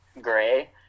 gray